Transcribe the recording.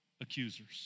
accusers